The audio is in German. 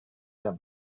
der